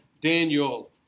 Daniel